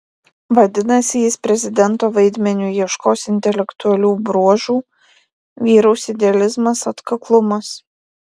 vadinasi jis prezidento vaidmeniui ieškos intelektualių bruožų vyraus idealizmas atkaklumas